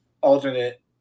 alternate